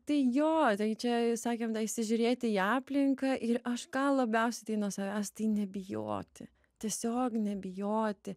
tai jo tai čia sakėm tą įsižiūrėti į aplinką ir aš ką labiausiai tai nuo savęs tai nebijoti tiesiog nebijoti